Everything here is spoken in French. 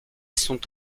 sont